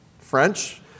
French